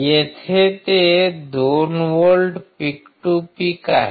येथे ते 2 volt peak to peak आहे